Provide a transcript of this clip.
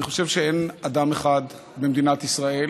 אני חושב שאין אדם אחד במדינת ישראל